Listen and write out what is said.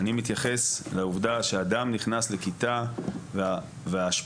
אני מתייחס לעובדה שאדם נכנס לכיתה וההשפעה